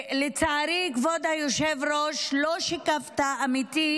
לצערי, כבוד היושב-ראש, לא שיקפת באמת,